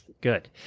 Good